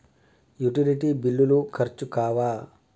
Utility బిల్లులు ఖర్చు కావా?